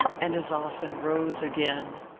and as often rose again.